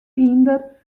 hynder